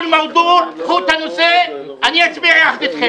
קחו את הנושא ואני אצביע יחד איתכם.